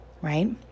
right